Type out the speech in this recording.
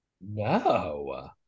No